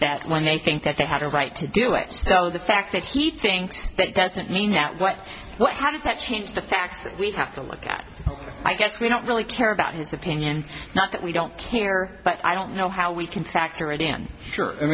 that's when they think that they had a right to do it so the fact that he thinks that doesn't mean that what what how does that change the facts that we have to look at i guess we don't really care about his opinion not that we don't care but i don't know how we can factor it in